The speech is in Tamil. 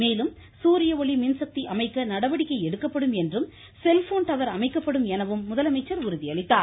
மேலும் சூரியஒளி மின்சக்தி அமைக்க நடவடிக்கை எடுக்கப்படும் என்றும் செல்போன் டவர் அமைக்கப்படும் எனவும் உறுதியளித்தார்